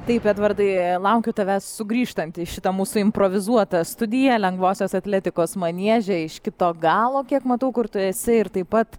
taip edvardai laukiu tavęs sugrįžtant į šitą mūsų improvizuotą studiją lengvosios atletikos manieže iš kito galo kiek matau kur tu esi ir taip pat